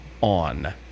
ON